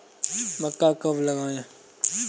मक्का कब लगाएँ?